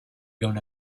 blown